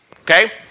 okay